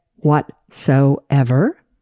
Whatsoever